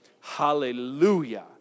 Hallelujah